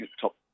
top